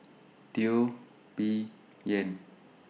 Teo Bee Yen